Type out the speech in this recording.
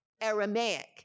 Aramaic